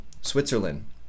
Switzerland